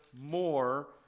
more